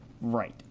Right